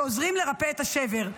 שעוזרים לרפא את השבר,